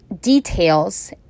details